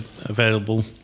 available